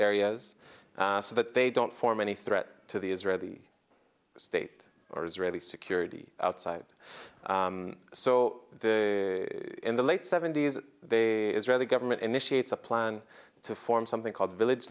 areas so that they don't form any threat to the israeli state or israeli security outside so in the late seventy's they israeli government initiates a plan to form something called village